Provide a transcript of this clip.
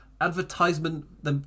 advertisement